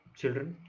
children